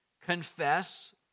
confess